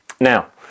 Now